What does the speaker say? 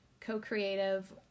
co-creative